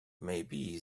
maybe